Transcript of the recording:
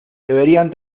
deberían